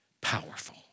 powerful